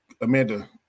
Amanda